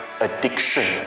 addiction